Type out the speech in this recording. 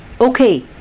Okay